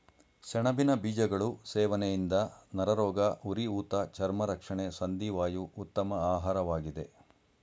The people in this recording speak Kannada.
ಸೆಣಬಿನ ಬೀಜಗಳು ಸೇವನೆಯಿಂದ ನರರೋಗ, ಉರಿಊತ ಚರ್ಮ ರಕ್ಷಣೆ ಸಂಧಿ ವಾಯು ಉತ್ತಮ ಆಹಾರವಾಗಿದೆ